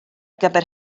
gyfer